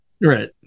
right